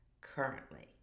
currently